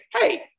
hey